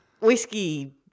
whiskey